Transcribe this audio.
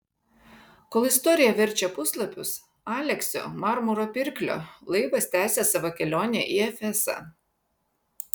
kol istorija verčia puslapius aleksio marmuro pirklio laivas tęsia savo kelionę į efesą